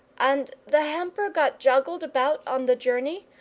and the hamper got joggled about on the journey,